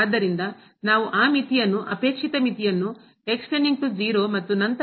ಆದ್ದರಿಂದ ನಾವು ಆ ಮಿತಿಯನ್ನು ಅಪೇಕ್ಷಿತ ಮಿತಿಯನ್ನು ಮತ್ತು ನಂತರ